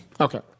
Okay